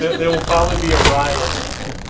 there will probably be a riot.